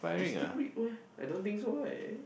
you still read meh I don't think so right